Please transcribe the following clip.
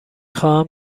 خواهم